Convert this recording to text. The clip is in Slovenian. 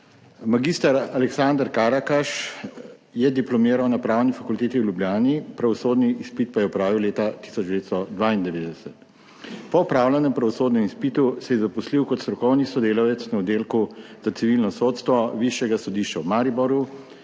Mag. Aleksander Karakaš je diplomiral na Pravni fakulteti v Ljubljani, pravosodni izpit pa je opravil leta 1992. Po opravljenem pravosodnem izpitu se je zaposlil kot strokovni sodelavec na oddelku za civilno sodstvo Višjega sodišča v Mariboru